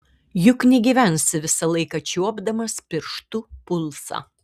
juk negyvensi visą laiką čiuopdamas pirštu pulsą